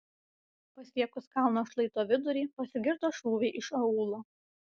pasiekus kalno šlaito vidurį pasigirdo šūviai iš aūlo